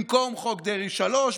במקום חוק דרעי 3,